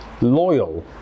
loyal